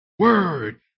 word